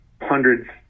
hundreds